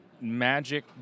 magic